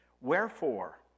Wherefore